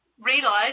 realize